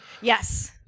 Yes